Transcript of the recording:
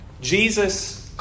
Jesus